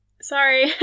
Sorry